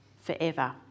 forever